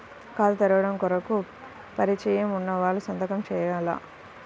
ఖాతా తెరవడం కొరకు పరిచయము వున్నవాళ్లు సంతకము చేయాలా?